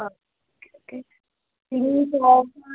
ആ okay okay പിന്ന